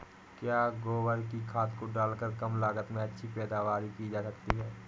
क्या गोबर की खाद को डालकर कम लागत में अच्छी पैदावारी की जा सकती है?